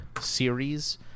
series